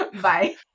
Bye